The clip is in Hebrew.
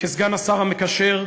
כסגן השר המקשר,